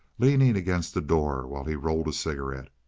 leaning against the door while he rolled a cigarette.